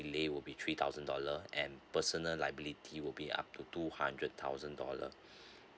delay will be three thousand dollar and personal liability will be up to two hundred thousand dollar